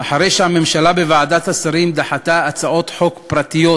אלא שאחרי שהממשלה בוועדת השרים דחתה הצעות חוק פרטיות